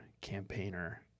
Campaigner